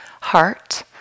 heart